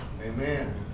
Amen